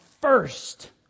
first